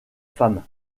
femme